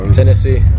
Tennessee